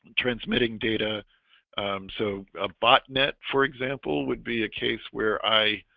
transmitting data so a botnet for example would be a case where i?